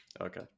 okay